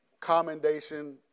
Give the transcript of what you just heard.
commendation